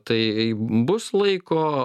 tai bus laiko